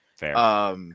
Fair